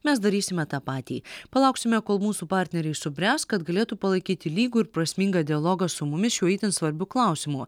mes darysime tą patį palauksime kol mūsų partneriai subręs kad galėtų palaikyti lygų ir prasmingą dialogą su mumis šiuo itin svarbiu klausimu